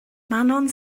manon